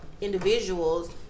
individuals